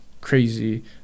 crazy